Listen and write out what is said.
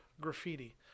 graffiti